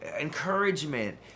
encouragement